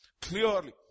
clearly